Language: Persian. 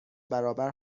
برابر